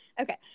okay